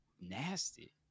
nasty